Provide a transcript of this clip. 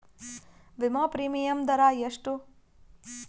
ವಿಮಾ ಪ್ರೀಮಿಯಮ್ ದರಾ ಎಷ್ಟು?